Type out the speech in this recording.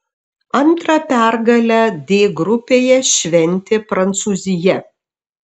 antrą pergalę d grupėje šventė prancūzija